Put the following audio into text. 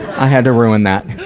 i had to ruin that.